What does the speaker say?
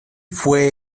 fue